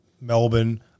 Melbourne